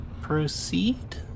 proceed